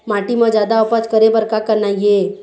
माटी म जादा उपज करे बर का करना ये?